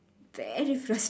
very frustrated